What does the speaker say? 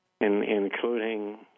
including